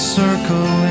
circle